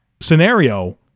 scenario